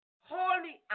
holy